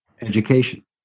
education